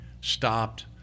stopped